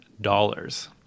dollars